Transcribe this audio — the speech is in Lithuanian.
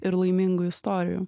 ir laimingų istorijų